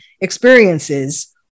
experiences